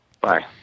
Bye